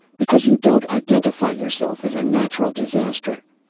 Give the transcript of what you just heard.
because you don't identify yourself as a natural disaster.